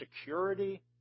security